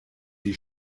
die